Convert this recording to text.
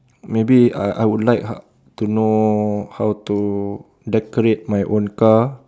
maybe I I would like how to know how to decorate my own car